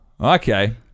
Okay